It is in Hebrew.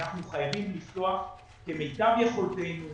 אנחנו חייבים לפתוח כמיטב יכולתנו,